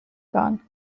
gun